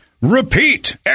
repeat